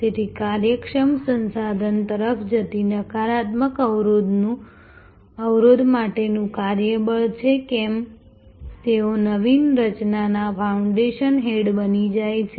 તેથી કાર્યક્ષમ સંસાધન તરફ જતી નકારાત્મક અવરોધ માટેનું કાર્યબળ છે કે કેમ તેઓ નવીન રચનાના ફાઉન્ટેન હેડ બની જાય છે